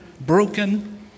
broken